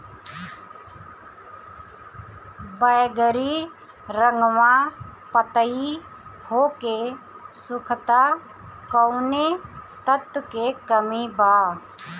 बैगरी रंगवा पतयी होके सुखता कौवने तत्व के कमी बा?